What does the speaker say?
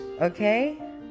okay